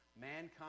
Mankind